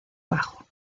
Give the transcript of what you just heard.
bajo